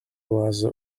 was